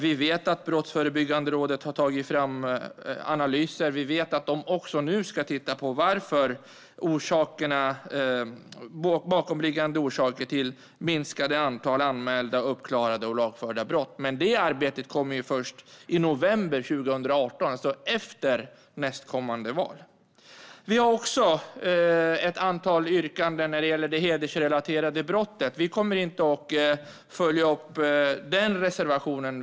Vi vet att Brottsförebyggande rådet har tagit fram analyser. Jag vet att de nu också ska titta på bakomliggande orsaker till det minskade antalet anmälda, uppklarade och lagförda brott. Men det arbetet kommer igång först i november 2018, alltså efter valet. Vi har också ett antal yrkanden som gäller hedersrelaterat våld. Vi kommer inte att följa upp den reservationen.